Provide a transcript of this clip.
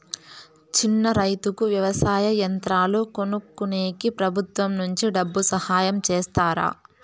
చిన్న రైతుకు వ్యవసాయ యంత్రాలు కొనుక్కునేకి ప్రభుత్వం నుంచి డబ్బు సహాయం చేస్తారా?